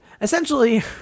essentially